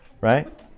right